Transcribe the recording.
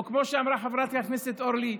או כמו שאמרה חברת הכנסת אורלי,